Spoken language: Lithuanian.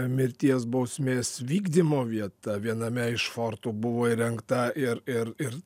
mirties bausmės vykdymo vieta viename iš fortų buvo įrengta ir ir ir